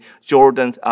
Jordan